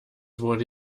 wurde